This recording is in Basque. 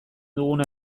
duguna